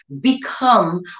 become